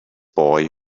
boy